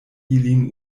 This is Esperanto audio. ilin